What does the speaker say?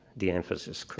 the emphasis